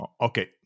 Okay